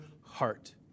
heart